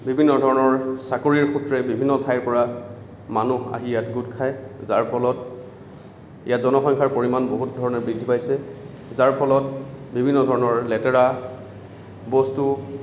বিভিন্ন ধৰণৰ চাকৰীৰ সূত্ৰে বিভিন্ন ঠাইৰ পৰা মানুহ আহি ইয়াত গোট খায় যাৰ ফলত ইয়াত জনসংখ্যাৰ পৰিমাণ বহুত ধৰণে বৃদ্ধি পাইছে যাৰ ফলত বিভিন্ন ধৰণৰ লেতেৰা বস্তু